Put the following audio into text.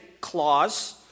clause